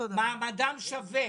מעמדם שווה.